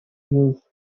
use